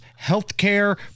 healthcare